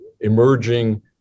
emerging